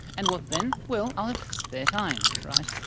and what then? well, i'll have spare time, right?